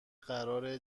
قرار